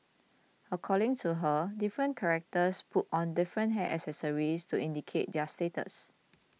according to her different characters put on different hair accessories to indicate their status